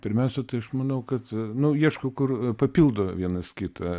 pirmiausia tai aš manau kad nu ieškau kur papildo vienas kitą